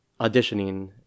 auditioning